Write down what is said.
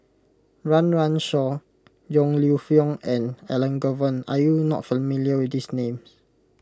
Run Run Shaw Yong Lew Foong and Elangovan are you not familiar with these names